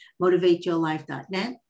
motivateyourlife.net